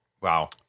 Wow